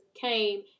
came